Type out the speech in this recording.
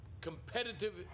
competitive